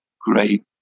great